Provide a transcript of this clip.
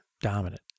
dominant